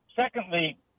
Secondly